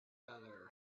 other